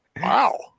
Wow